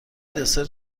دسر